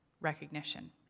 recognition